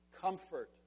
Comfort